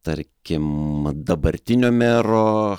tarkim dabartinio mero